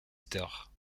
secteur